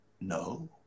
no